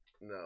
No